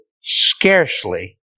scarcely